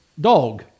dog